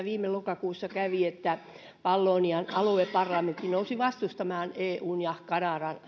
viime lokakuussa niin että vallonian alueparlamentti nousi vastustamaan eun ja kanadan